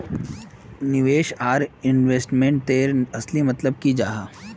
निवेश या इन्वेस्टमेंट तेर असली मतलब की जाहा?